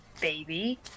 baby